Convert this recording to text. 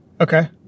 Okay